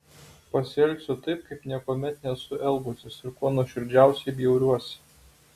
pasielgsiu taip kaip niekuomet nesu elgusis ir kuo nuoširdžiausiai bjauriuosi